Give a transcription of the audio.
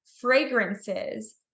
fragrances